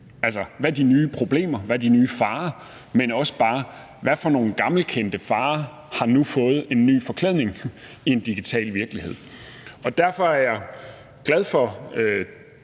og hvad de nye problemer og de nye farer er. Men også bare kigge på, hvilke gammelkendte farer der nu har fået en ny forklædning i en digital virkelighed. Derfor er jeg glad for